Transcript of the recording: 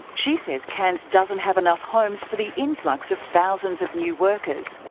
she says cairns doesn't have enough homes for the influx of thousands of new workers.